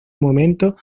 momento